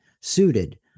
suited